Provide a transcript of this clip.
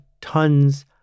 tons